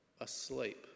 asleep